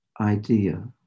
idea